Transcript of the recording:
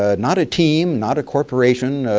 ah not a team, not a corporation,